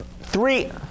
three